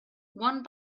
one